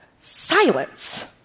silence